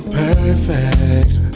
perfect